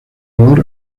olor